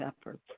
efforts